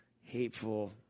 hateful